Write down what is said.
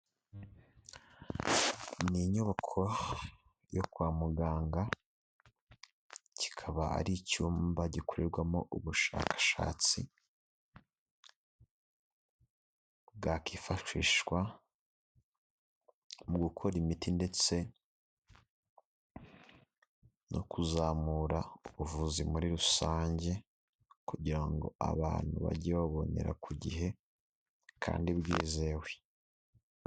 Ni inyubako yo kwa muganga kikaba ari icyumba gikorerwamo ubushakashatsi bwakifashishwa mu gukora imiti ndetse no kuzamura ubuvuzi muri rusange kugira ngo abantu bajye babonera ku gihe kandi bwizewe.